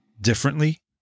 differently